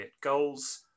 goals